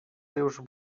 seus